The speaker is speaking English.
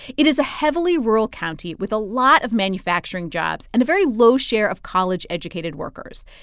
it is a heavily rural county with a lot of manufacturing jobs and a very low share of college-educated workers.